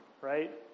Right